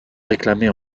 réclamés